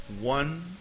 one